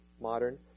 modern